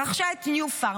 רכשה את ניו פארם.